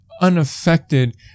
unaffected